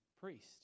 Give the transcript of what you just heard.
priest